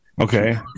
Okay